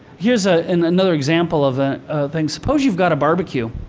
here's ah and another example of things. suppose you've got a barbecue.